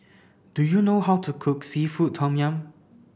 do you know how to cook seafood tom yum